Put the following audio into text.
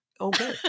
Okay